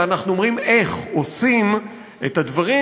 אלא אנחנו אומרים איך עושים את הדברים